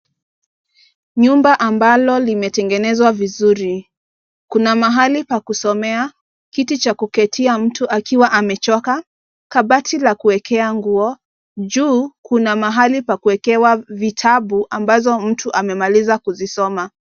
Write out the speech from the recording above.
Nyumba ambalo limetengenezwa vizuri. Kuna mahali pa kusomea, kiti cha kuketia mtu akiwa amechoka, kabati la kuwekea nguo, juu, kuna mahali pa kuwekewa vitabu ambazo mtu amemaliza kuzisoma.